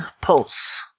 Pulse